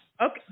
okay